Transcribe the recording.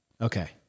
Okay